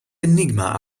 enigma